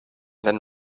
then